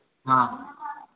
हाँ